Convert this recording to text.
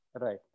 Right